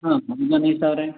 ହଁ ଓଜନ ହିସାବରେ